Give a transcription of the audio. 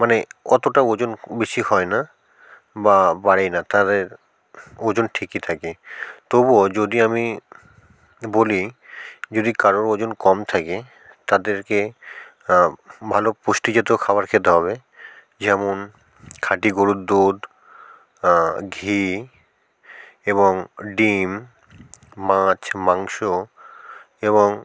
মানে অতটা ওজন বেশি হয় না বা বাড়ে না তাদের ওজন ঠিকই থাকে তবুও যদি আমি বলি যদি কারোর ওজন কম থাকে তাদেরকে ভালো পুষ্টি জাতীয় খাবার খেতে হবে যেমন খাঁটি গরুর দুধ ঘি এবং ডিম মাছ মাংস এবং